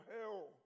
hell